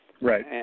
Right